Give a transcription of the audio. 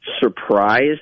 surprised